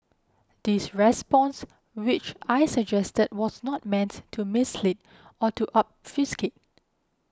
this response which I suggested was not meant to mislead or to obfuscate